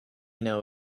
know